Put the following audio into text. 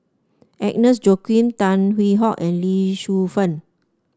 Agnes Joaquim Tan Hwee Hock and Lee Shu Fen